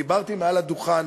דיברתי מעל דוכן